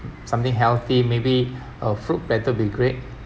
something healthy maybe a fruit platter'll be great